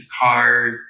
car